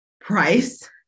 price